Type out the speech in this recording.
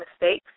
mistakes